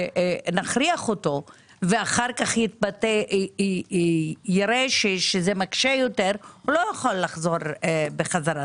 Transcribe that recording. נכריח אותם ואז הם יראו שזה מקשה עליהם יותר הם לא יוכלו לחזור בחזרה.